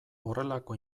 horrelako